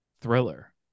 thriller